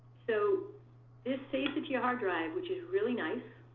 so this saves it to your hard drive, which is really nice,